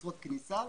משרות כניסה לתפקיד.